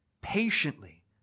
patiently